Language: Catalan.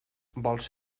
vols